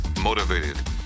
motivated